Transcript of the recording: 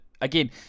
Again